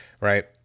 right